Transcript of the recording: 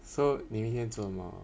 so 你明天做么